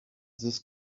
this